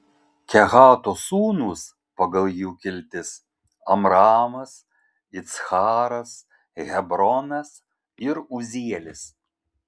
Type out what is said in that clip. kehato sūnūs pagal jų kiltis amramas iccharas hebronas ir uzielis